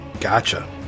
Gotcha